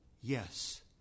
yes